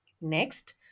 Next